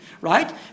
right